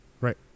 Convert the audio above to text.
Right